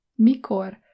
Mikor